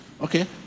Okay